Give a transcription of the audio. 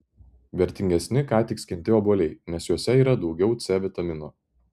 vertingesni ką tik skinti obuoliai nes juose yra daugiau c vitamino